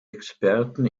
experten